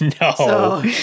No